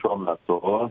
šiuo metu